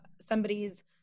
somebody's